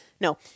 No